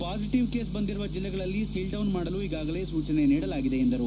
positive case ಬಂದಿರುವ ಜಿಲ್ಲೆಗಳಲ್ಲಿ seal down ಮಾಡಲು ಈಗಾಗಲೇ ಸೂಚನೆ ಕೊಡಲಾಗಿದೆ ಎಂದರು